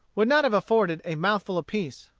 would not have afforded a mouthful apiece.